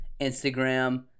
Instagram